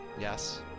Yes